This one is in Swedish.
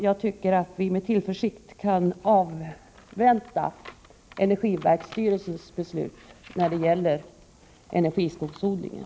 Jag tycker att vi med tillförsikt kan avvakta energiverksstyrelsens beslut när det gäller energiskogsodlingen.